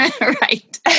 right